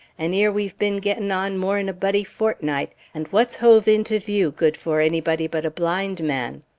and ere we've bin getting on more'n a buddy fortnight, and what's hove into view good for anybody but a blind man?